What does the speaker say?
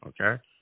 okay